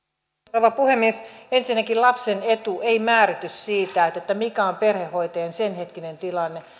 rouva puhemies ensinnäkin lapsen etu ei määrity siitä mikä on perhehoitajan senhetkinen tilanne